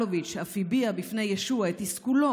אלוביץ' אף הביע בפני ישועה את תסכולו